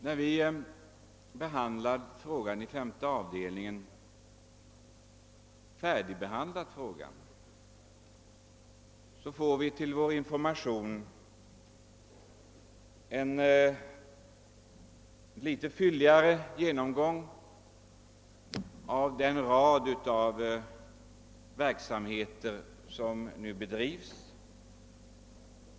När vi i femte avdelningen hade färdigbehandlat frågan fick vi för vår information en något fylligare genomgång av den rad av verksamheter som nu bedrivs.